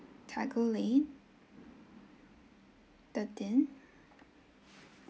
tagore lane thirteen